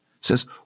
says